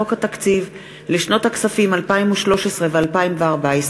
חוק התקציב לשנות הכספים 2013 ו-2014,